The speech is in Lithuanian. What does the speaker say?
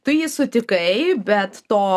tu jį sutikai bet to